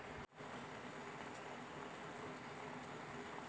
ಫಲಾನುಭವಿಗೆ ಹಣವು ಜಮಾವಣೆ ಆಗದಿದ್ದರೆ ಏನಾಗುತ್ತದೆ?